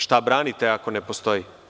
Šta branite ako ne postoji?